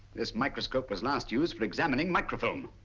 this microscope was last used for examining microfilm.